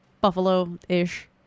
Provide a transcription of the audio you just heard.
Buffalo-ish